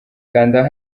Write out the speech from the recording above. kanda